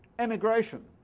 emigration.